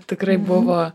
tikrai buvo